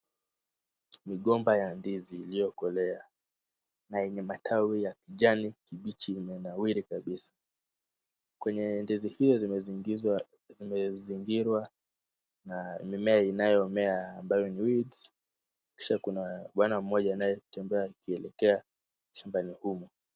Migomba ya ndizi iliyokolea na yenye matawi ya kijani kibichi imenawiri kabisa. Kwenye ndizi hiyo zimezingirwa na mimea inayomea ambayo ni weed , kisha kuna bwana mmoja anayetembea akielekea shambani humu.